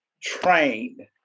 trained